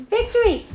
Victory